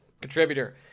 contributor